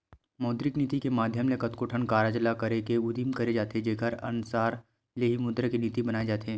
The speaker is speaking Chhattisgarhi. मौद्रिक नीति के माधियम ले कतको ठन कारज ल करे के उदिम करे जाथे जेखर अनसार ले ही मुद्रा के नीति बनाए जाथे